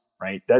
right